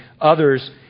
others